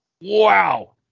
Wow